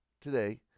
today